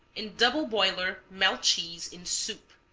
in double boiler melt cheese in soup.